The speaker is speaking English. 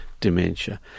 dementia